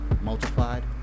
multiplied